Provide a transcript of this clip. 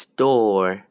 Store